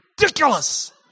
ridiculous